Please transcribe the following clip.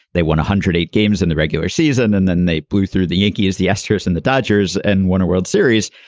they won one hundred eight games in the regular season and then they blew through the yankees the astros and the dodgers and won a world series.